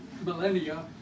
millennia